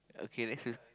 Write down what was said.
okay next ques~